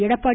Edappadi